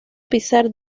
pisar